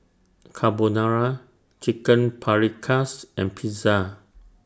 Carbonara Chicken Paprikas and Pizza